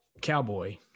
Cowboy